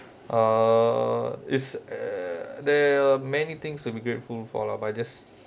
uh is eh there are many things to be grateful for lah but I just